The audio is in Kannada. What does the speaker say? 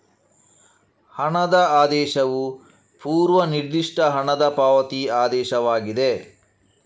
ಹಣದ ಆದೇಶವು ಪೂರ್ವ ನಿರ್ದಿಷ್ಟ ಹಣದ ಪಾವತಿ ಆದೇಶವಾಗಿದೆ